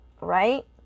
right